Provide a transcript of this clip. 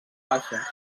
baixes